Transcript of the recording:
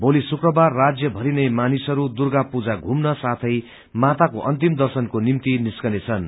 भोली शुक्रबार राज्य भरिनै मानिसहरू दुर्गा पूजा घुम्ने साथै माताको अन्तिम दश्ननको निम्ति निस्कनेछन्